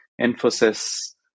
emphasis